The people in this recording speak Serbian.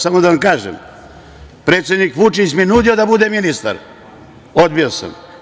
Samo da vam kažem, predsednik Vučić mi je nudio da budem ministar, odbio sam.